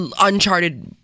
uncharted